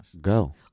Go